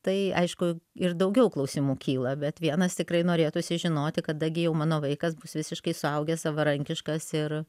tai aišku ir daugiau klausimų kyla bet vienas tikrai norėtųsi žinoti kada gi jau mano vaikas bus visiškai suaugęs savarankiškas ir